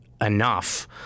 enough